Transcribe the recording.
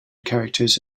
characters